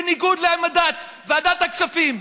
בניגוד לעמדת ועדת הכספים,